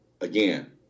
again